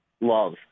Love